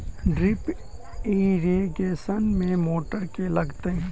Drip irrigation मे motor केँ लागतै?